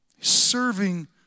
serving